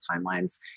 timelines